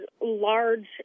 large